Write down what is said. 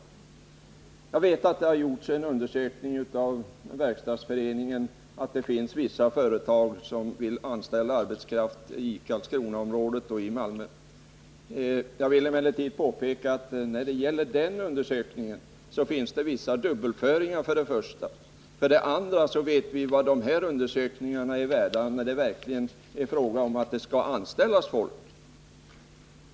Jag vet att Verkstadsföreningen har gjort en undersökning där man har mm kommit fram till att det finns vissa företag som vill anställa arbetskraft i Landskronaområdet och i Malmö. Jag vill emellertid påpeka att när det gäller den undersökningen så finns det för det första vissa dubbelförningar. För det andra vet vi vad dessa undersökningar är värda när det verkligen är fråga om att det skall anställas folk.